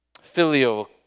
Filial